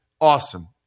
Awesome